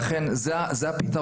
לדעתי, זה הפתרון.